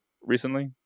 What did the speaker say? recently